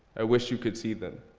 i wish you could see them.